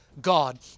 God